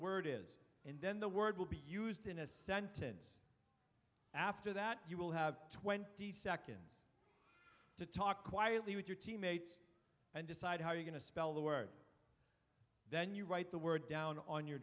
word is and then the word will be used in a sentence after that you will have twenty seconds to talk quietly with your teammates and decide how you're going to spell the word then you write the words down on your